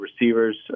receivers